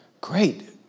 great